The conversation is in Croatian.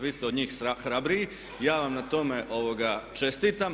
Vi ste od njih hrabriji, ja vam na tome čestitam.